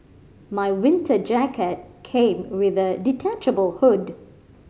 my winter jacket came with a detachable hood